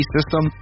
System